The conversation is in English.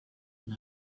and